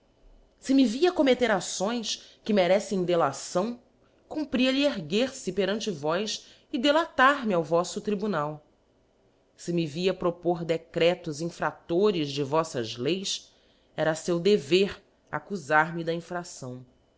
se me via commetter acções que mereceffem delação cumpria-lhe erguer fe perante vós e delatar me ao voffo tribunal se me via propor decretos infraílores de voffas leis era feu dever accufar me da infracção